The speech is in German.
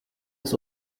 ist